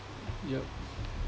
yup